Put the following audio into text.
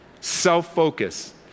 self-focus